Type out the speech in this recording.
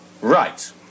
Right